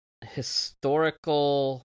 historical